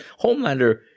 Homelander